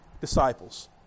disciples